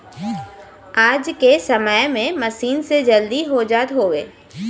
आज के समय में मसीन से जल्दी हो जात हउवे